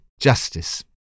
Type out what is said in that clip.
Justice